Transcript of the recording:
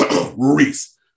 Reese